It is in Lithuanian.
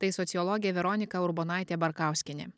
tai sociologė veronika urbonaitė barkauskienė